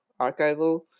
archival